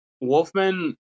Wolfman